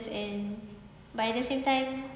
as in but at the same time